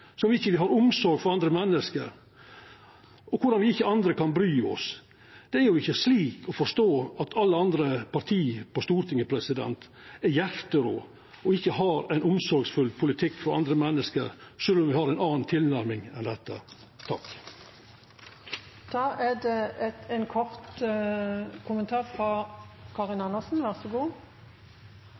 som om me ikkje har omsorg for andre menneske, og skildrar korleis me andre ikkje kan bry oss. Det er jo ikkje slik å forstå at alle andre parti i Stortinget er hjarterå og ikkje har ein omsorgsfull politikk for andre menneske, sjølv om me har ei anna tilnærming enn dette.